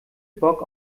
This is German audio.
bock